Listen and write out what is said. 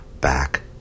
back